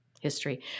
history